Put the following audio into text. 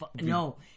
No